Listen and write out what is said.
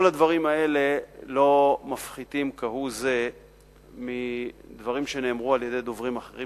כל הדברים האלה לא מפחיתים כהוא-זה מדברים שאמר דוברים אחרים